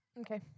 Okay